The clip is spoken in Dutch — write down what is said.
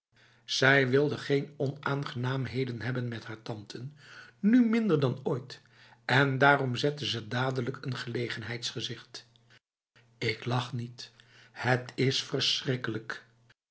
zij wilde geen onaangenaamheden hebben met haar tante nu minder dan ooit en daarom zette ze dadelijk een gelegenheidsgezicht ik lach niet het is verschrikkelijk